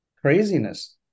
craziness